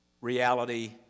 reality